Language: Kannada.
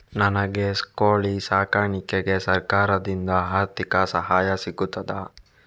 ನನಗೆ ಕೋಳಿ ಸಾಕಾಣಿಕೆಗೆ ಸರಕಾರದಿಂದ ಆರ್ಥಿಕ ಸಹಾಯ ಸಿಗುತ್ತದಾ?